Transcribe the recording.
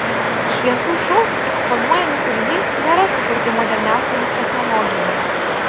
šviesų šou eksponuojami kūriniai nėra sukurti moderniausiomis technologijomis